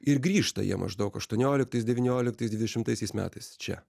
ir grįžta jie maždaug aštuonioliktais devynioliktais dvidešimtaisiais metais čia